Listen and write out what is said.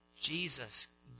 Jesus